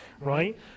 right